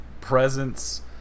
presence